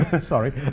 Sorry